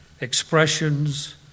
expressions